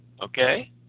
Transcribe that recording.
Okay